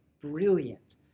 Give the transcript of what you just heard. brilliant